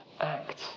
act